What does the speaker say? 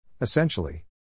Essentially